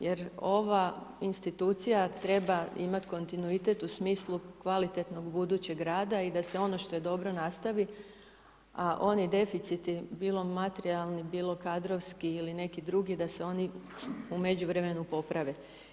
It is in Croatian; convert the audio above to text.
Jer ova institucija treba imati kontinuitet u smislu kvalitetnog budućeg rada i da se on što je dobro nastavi a oni deficiti, bilo materijalni, bilo kadrovski ili neki drugi da se oni u međuvremenu poprave.